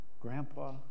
Grandpa